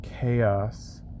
chaos